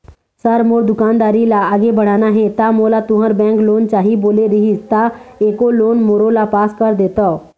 Sir मोर दुकानदारी ला आगे बढ़ाना हे ता मोला तुंहर बैंक लोन चाही बोले रीहिस ता एको लोन मोरोला पास कर देतव?